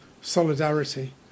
solidarity